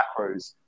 macros